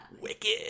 Wicked